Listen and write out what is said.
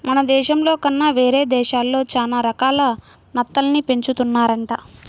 మన దేశంలో కన్నా వేరే దేశాల్లో చానా రకాల నత్తల్ని పెంచుతున్నారంట